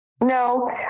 No